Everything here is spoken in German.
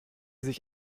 sich